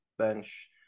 Bench